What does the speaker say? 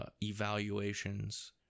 evaluations